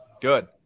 Good